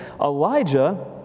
Elijah